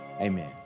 Amen